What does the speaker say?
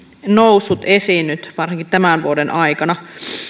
noussut esiin varsinkin nyt tämän vuoden aikana